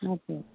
हजुर